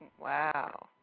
Wow